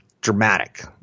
dramatic